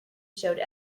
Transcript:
showed